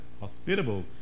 hospitable